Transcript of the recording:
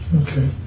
Okay